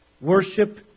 worship